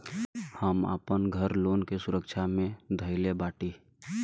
हम आपन घर लोन के सुरक्षा मे धईले बाटी